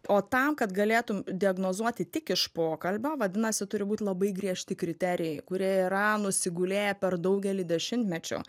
o tam kad galėtum diagnozuoti tik iš pokalbio vadinasi turi būti labai griežti kriterijai kurie yra nusigulėję per daugelį dešimtmečių